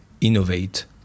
innovate